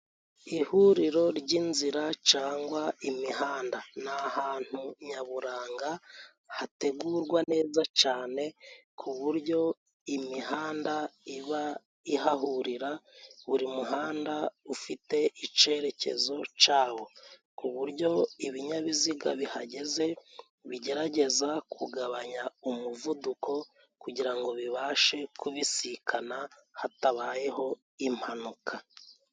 Ihuriro ry'inzira cangwa imihanda. Ni ahantu nyaburanga hategurwa neza cane, ku buryo imihanda iba ihahurira, buri muhanda ufite icerekezo cawo. Ku buryo ibinyabiziga bihageze bigerageza kugabanya umuvuduko kugira ngo bibashe kubisikana hatabayeho impanuka.